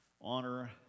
honor